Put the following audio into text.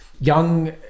young